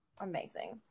Amazing